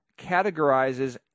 categorizes